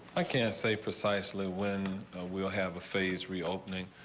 i can't say precisely when we'll have a phase reopening.